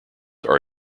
are